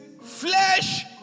flesh